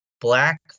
black